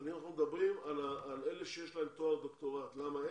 אנחנו מדברים על אלה שיש להם תואר דוקטורט כי